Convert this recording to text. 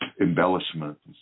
embellishments